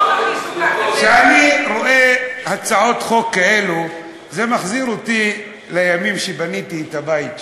כשאני רואה הצעות חוק כאלו זה מחזיר אותי לימים שבניתי את הבית שלי.